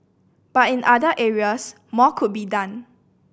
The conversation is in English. but in other areas more could be done